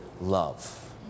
love